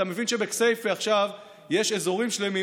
אתה מבין שבכסייפה עכשיו יש אזורים שלמים,